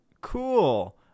Cool